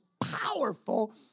powerful